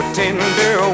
tender